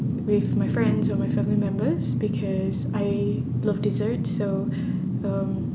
with my friends or my family members because I love desserts so um